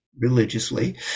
religiously